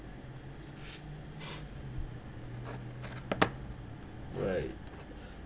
right